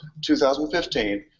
2015